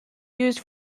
used